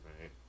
right